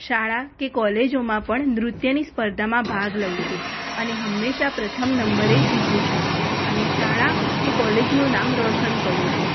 શાળા કે કોલેજોમાં પણ નૃત્યની સ્પર્ધામાં ભાગ લઉ છું અને હંમેશાં પ્રથમ નંબરે જીતું છું અને શાળા કે કોલેજનું નામ રોશન કરું છું